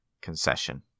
concession